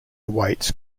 awaits